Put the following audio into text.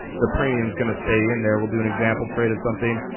the premiums going to stay in there we'll do an example trade of something.